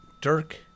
Dirk